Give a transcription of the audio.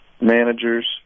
managers